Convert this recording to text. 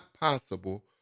possible